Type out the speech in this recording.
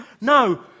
No